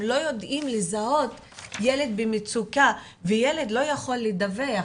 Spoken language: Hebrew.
הם לא יודעים לזהות ילד במצוקה וילד לא יכול לדווח.